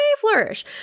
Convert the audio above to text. flourish